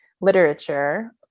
literature